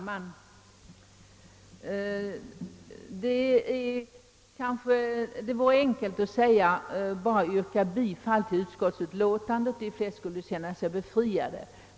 Herr talman! Det vore enkelt att bara yrka bifall till utskottets hemställan, och de flesta skulle då säkerligen känna sig befriade.